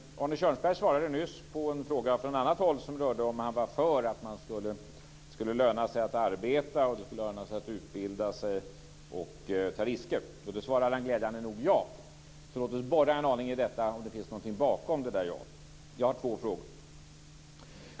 Arne Kjörnsberg svarade nyss på en fråga från ett annat håll som rörde sig om han var för att det skulle löna sig att arbeta, utbilda sig och ta risker. Den frågan svarade Arne Kjönrsberg glädjande nog ja på. Så låt oss borra lite grann i detta för att se efter om det finns någonting bakom detta ja-svar. Jag har två frågor.